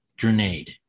grenade